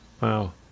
Wow